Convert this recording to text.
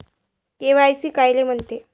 KYC कायले म्हनते?